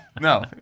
No